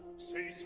sir